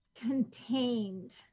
contained